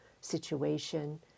situation